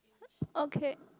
okay